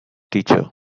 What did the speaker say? teacher